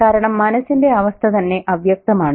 കാരണം മനസ്സിന്റെ അവസ്ഥ തന്നെ അവ്യക്തമാണ്